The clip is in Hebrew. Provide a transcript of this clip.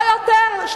לא יותר,